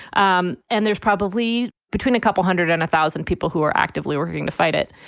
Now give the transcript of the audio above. um and there's probably between a couple hundred and a thousand people who are actively working to fight it.